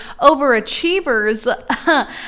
overachievers